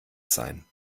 sein